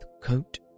coat